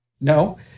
No